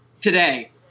today